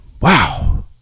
Wow